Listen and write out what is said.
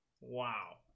Wow